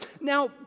Now